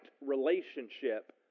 relationship